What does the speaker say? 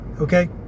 Okay